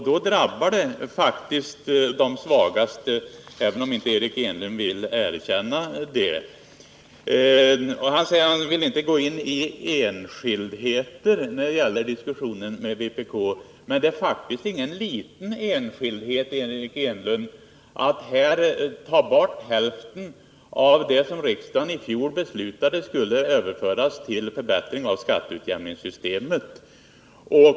Då drabbas faktiskt de svagaste, även om inte Eric Enlund vill erkänna det. Han säger att han inte vill gå in på enskildheter i diskussionen med vpk. Men det är faktiskt ingen liten enskildhet, Eric Enlund, att ta bort hälften av det som riksdagen i fjol beslutade skulle överföras till förbättring av skatteutjämningssystemet.